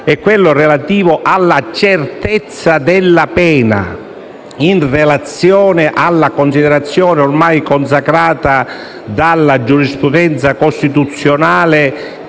alla legge e la certezza della pena, in relazione alla considerazione, ormai consacrata dalla giurisprudenza costituzionale,